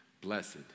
Blessed